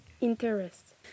interest